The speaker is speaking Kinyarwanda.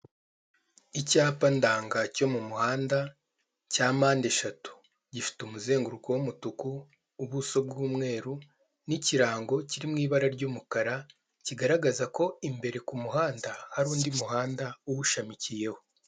Icyapa ndanga cyo mu muhanda cya mpande eshatu, gifite umuzenguruko w'umutuku ubuso bw'umweru n'ikirango kiri mu ibara ry'umukara, kigaragaza ko imbere ku muhanda hari undi muhanda uwushamikiyeho.